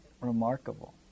remarkable